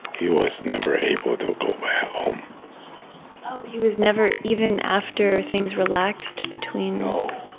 he was never able to go back home oh, he was never even after things relaxed between. no,